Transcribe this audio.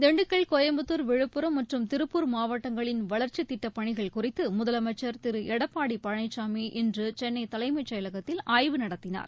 திண்டுக்கல் கோயம்புத்தூர் விழுப்புரம் மற்றும் திருப்பூர் மாவட்டங்களின் வளர்சித் திட்டப் பணிகள் குறித்து முதலமைச்சா் திரு எடப்பாடி பழனிசாமி இன்று சென்னை தலைமைச் செயலகத்தில் ஆய்வு நடத்தினார்